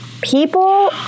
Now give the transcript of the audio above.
People